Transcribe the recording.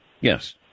Yes